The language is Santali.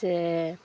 ᱥᱮ